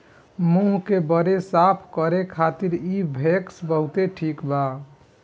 मुंह के बरे साफ करे खातिर इ वैक्स बहुते ठिक बा